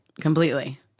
completely